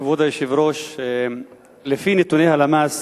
כבוד היושב-ראש, לפי נתוני הלמ"ס,